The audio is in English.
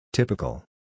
Typical